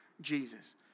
Jesus